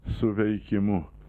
su veikimu